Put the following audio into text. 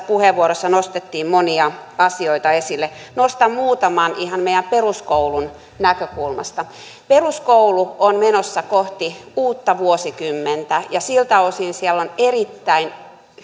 puheenvuorossa nostettiin monia asioita esille nostan muutaman ihan meidän peruskoulun näkökulmasta peruskoulu on menossa kohti uutta vuosikymmentä ja siltä osin siellä on erittäin